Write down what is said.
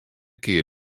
kear